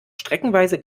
streckenweise